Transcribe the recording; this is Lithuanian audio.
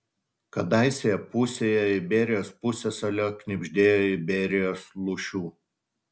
kadaise pusėje iberijos pusiasalio knibždėjo iberijos lūšių